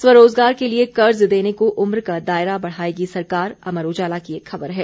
स्वरोजगार के लिये कर्ज देने को उम्र का दायरा बढ़ाएगी सरकार अमर उजाला की खबर है